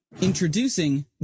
Introducing